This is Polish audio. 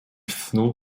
snu